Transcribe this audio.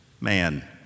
man